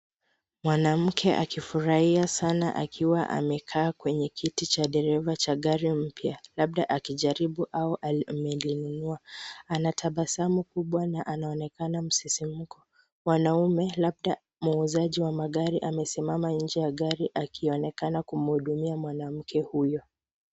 Mwanamke akifurahia sana akiwa amekaa kwenye kiti cha dereva cha gari mpya, labda akijaribu au amelinunua. Ana tabasamu kubwa na anaonekana msisimko. Mwanaume labda muuzaji wa magari amesimama nje ya gari akionekana kumhudumia mwanamke huyo.